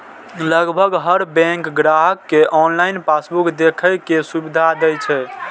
लगभग हर बैंक ग्राहक कें ऑनलाइन पासबुक देखै के सुविधा दै छै